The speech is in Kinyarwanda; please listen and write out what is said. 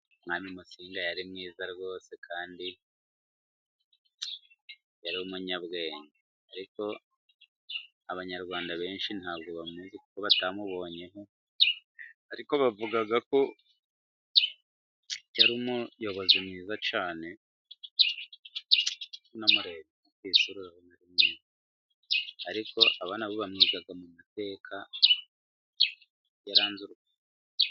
Umwami Musinga yari mwiza rwose kandi yari umunyabwenge, ariko abanyarwanda benshi ntabwo bamuzi kuko batamubonye, ariko bavuga ko yari umuyobozi mwiza cyane unamurebye ku isura, ariko abana bo bamwiga mu mateka yaranze u Rwanda.